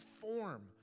form